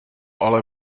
ale